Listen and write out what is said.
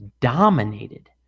dominated